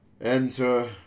Enter